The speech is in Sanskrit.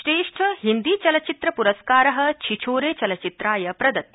श्रेष्ठ हिन्दीचलचित्रप्रस्कार छिछोरे चलचित्राय प्रदत्त